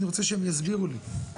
אני רוצה שיסבירו לי.